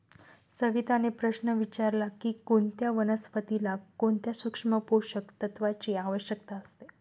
सविताने प्रश्न विचारला की कोणत्या वनस्पतीला कोणत्या सूक्ष्म पोषक तत्वांची आवश्यकता असते?